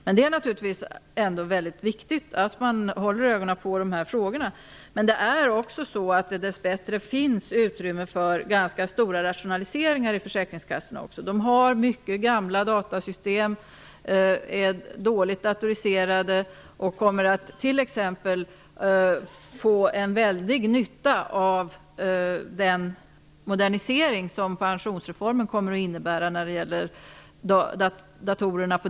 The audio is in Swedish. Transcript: Men det är naturligtvis ändå mycket viktigt att man håller ögonen på dessa frågor. Det finns dessbättre också utrymme för ganska stora rationaliseringar i försäkringskassorna. De har mycket gamla datasystem, är dåligt datoriserade och kommer t.ex. att få en väldig nytta av den modernisering av datorerna som pensionsreformen kommer att innebära.